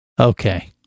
Okay